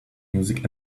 music